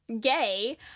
Gay